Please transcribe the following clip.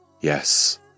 Yes